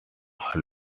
are